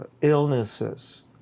illnesses